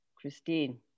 Christine